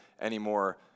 anymore